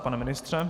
Pane ministře?